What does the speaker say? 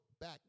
back